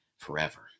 forever